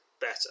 better